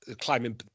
climbing